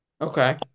Okay